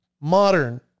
Modern